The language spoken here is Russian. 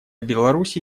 беларуси